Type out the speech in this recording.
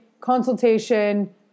consultation